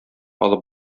алып